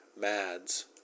Mads